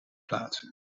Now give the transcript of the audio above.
plaatsen